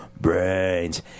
brains